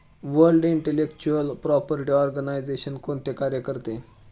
World Intellectual Property Organization कोणते कार्य करते?